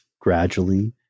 gradually